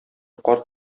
карт